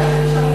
ודאי שמשלמים.